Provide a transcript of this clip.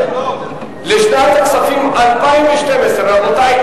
לשנת הכספים 2012. רבותי,